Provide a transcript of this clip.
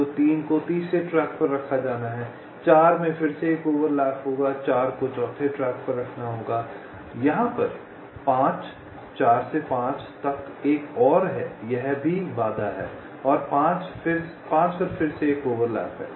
तो 3 को तीसरे ट्रैक पर रखा जाना है 4 में फिर से एक ओवरलैप होगा 4 को चौथे ट्रैक पर रखना होगा यहाँ पर 5 4 से 5 तक एक और है यह भी एक बाधा है और 5 पर फिर से एक ओवरलैप है